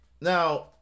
Now